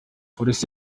polisi